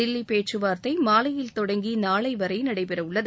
தில்லி பேச்சுவார்த்தை மாலையில் தொடங்கி நாளை வரை நடைபெறவுள்ளது